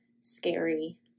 scary